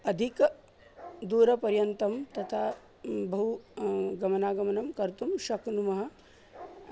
अधिकं दूरपर्यन्तं तथा बहु गमनागमनं कर्तुं शक्नुमः